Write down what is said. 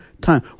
time